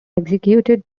executed